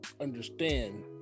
understand